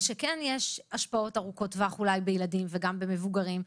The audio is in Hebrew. ושכן יש השפעות ארוכות טווח אולי בילדים וגם במבוגרים,